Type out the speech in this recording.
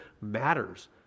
matters